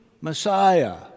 Messiah